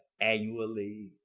annually